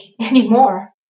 anymore